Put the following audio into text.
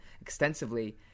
extensively